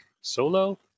solo